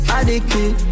Addicted